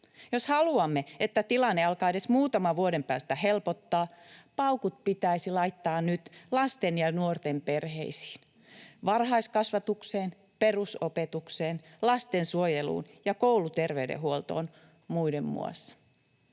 Jos haluamme, että tilanne alkaa edes muutaman vuoden päästä helpottaa, paukut pitäisi laittaa nyt lasten ja nuorten perheisiin, varhaiskasvatukseen, perusopetukseen, lastensuojeluun ja kouluterveydenhuoltoon, muiden muassa.